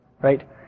right